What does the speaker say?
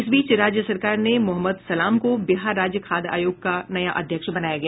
इस बीच राज्य सरकार ने मोहम्मद सलाम को बिहार राज्य खाद्य आयोग का नया अध्यक्ष बनाया गया